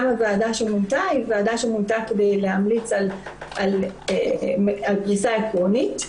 גם הוועדה שמונתה היא וועדה שמונתה כדי להמליץ על פריסה עקרונית.